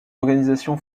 organisation